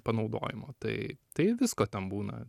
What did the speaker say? panaudojimo tai tai visko ten būna